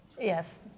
Yes